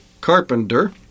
Carpenter